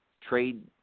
trade –